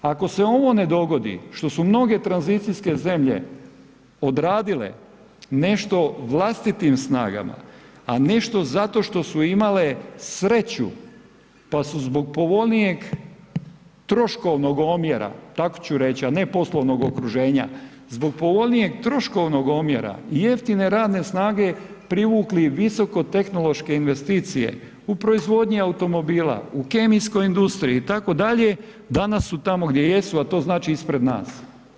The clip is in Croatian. Ako se ovo ne dogodi što su mnoge tranzicijske zemlje odradile nešto vlastitim snagama, a nešto zato što su imale sreću pa su zbog povoljnijeg troškovnog omjera tako ću reći, a ne poslovnog okruženja, zbog povoljnijeg troškovnog omjera i jeftine radne snage privukli visoko tehnološke investicije u proizvodnji automobila, u kemijskoj industriji itd. danas su tamo gdje jesu, a to znači ispred nas.